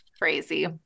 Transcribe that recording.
crazy